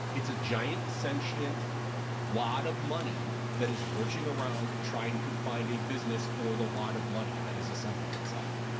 it's a giant, sentient wad of money that is lurching around, trying to find a business for the wad of money that has assembled itself.